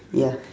ya